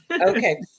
Okay